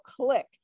click